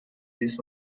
this